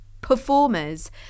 performers